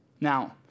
Now